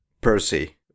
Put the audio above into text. Percy